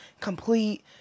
complete